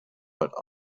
but